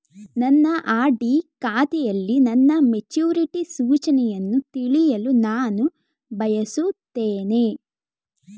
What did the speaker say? ನನ್ನ ಆರ್.ಡಿ ಖಾತೆಯಲ್ಲಿ ನನ್ನ ಮೆಚುರಿಟಿ ಸೂಚನೆಯನ್ನು ತಿಳಿಯಲು ನಾನು ಬಯಸುತ್ತೇನೆ